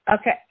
Okay